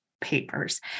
papers